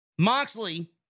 moxley